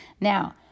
Now